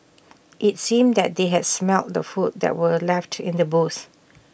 IT seemed that they had smelt the food that were left in the boots